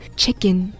chicken